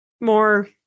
more